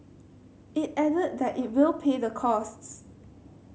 it added that it will pay the costs